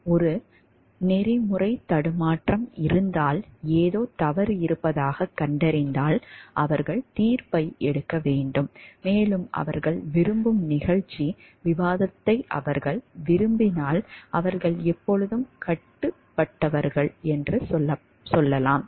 ஒரு நெறிமுறை தடுமாற்றம் இருந்தால் ஏதோ தவறு இருப்பதாகக் கண்டறிந்தால் அவர்கள் தீர்ப்பை எடுக்க வேண்டும் மேலும் அவர்கள் விரும்பும் நிகழ்ச்சி விவாதத்தை அவர்கள் விரும்பினால் அவர்கள் எப்போதும் கட்டுப்பட்டவர்கள் என்று சொல்லலாம்